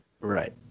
Right